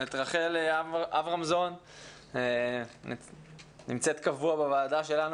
את רחל אברמזון שנמצאת קבוע בוועדה שלנו